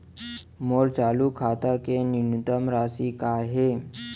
मोर चालू खाता के न्यूनतम राशि का हे?